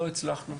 לא הצלחנו.